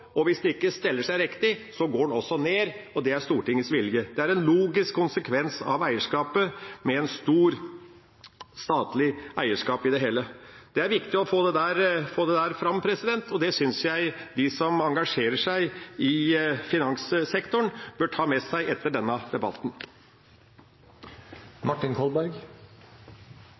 og hvis en ikke stiller seg riktig, går en også ned, og det er Stortingets vilje. Det er en logisk konsekvens av eierskapet, av et stort statlig eierskap i det hele. Det er viktig å få dette fram, og det synes jeg de som engasjerer seg i finanssektoren, bør ta med seg etter denne debatten.